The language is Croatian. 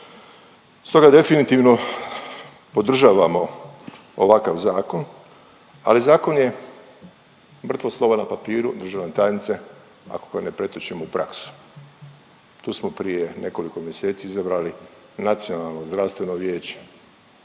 Stoga definitivno podržavamo ovakav zakon, ali zakon je mrtvo slovo na papiru državna tajnice ako ga ne pretočimo u praksu. Tu smo prije nekoliko mjeseci izabrali Nacionalno zdravstveno vijeće.